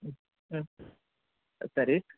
ಹ್ಞೂ ಹ್ಞೂ ಸರಿ